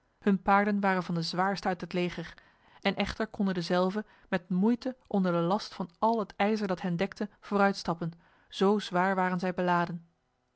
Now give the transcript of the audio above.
hun paarden waren van de zwaarste uit het leger en echter konden dezelve met moeite onder de last van al het ijzer dat hen dekte vooruitstappen zo zwaar waren zij beladen